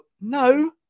no